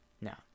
Now